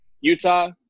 Utah